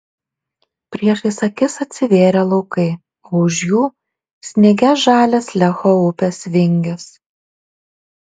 priešais akis atsivėrė laukai o už jų sniege žalias lecho upės vingis